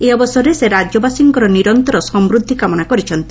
ଏହି ଅବସରରେ ସେ ରାଜ୍ୟବାସୀଙ୍କର ନିରନ୍ତର ସମୃଦ୍ଧି କାମନା କରିଛନ୍ତି